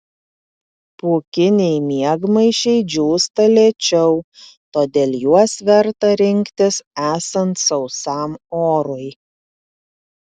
pūkiniai miegmaišiai džiūsta lėčiau todėl juos verta rinktis esant sausam orui